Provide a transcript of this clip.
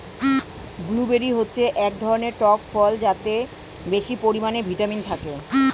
blueberry হচ্ছে এক ধরনের টক ফল যাতে বেশি পরিমাণে ভিটামিন থাকে